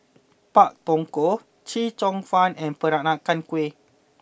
Pak Thong Ko Chee Cheong Fun and Peranakan Kueh